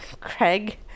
Craig